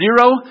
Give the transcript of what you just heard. zero